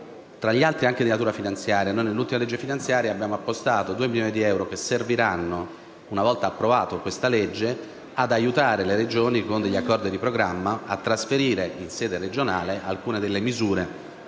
tra gli altri anche talune di natura finanziaria. Nell'ultima legge finanziaria abbiamo appostato 2 milioni di euro che serviranno, una volta approvato questo provvedimento, ad aiutare le Regioni con degli accordi di programma a trasferire in sede regionale alcune delle misure